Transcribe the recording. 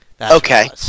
Okay